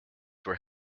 were